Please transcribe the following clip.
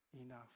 enough